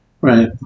Right